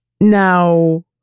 Now